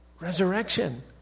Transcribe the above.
resurrection